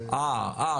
זה --- אה,